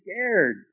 scared